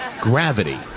gravity